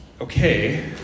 Okay